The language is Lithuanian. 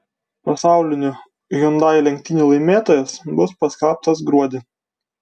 pasaulinių hyundai lenktynių laimėtojas bus paskelbtas gruodį